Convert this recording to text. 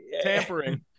Tampering